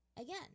Again